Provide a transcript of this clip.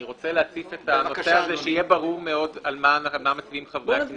אני רוצה להציף את הנושא שיהיה ברור על מה מצביעים חברי הכנסת.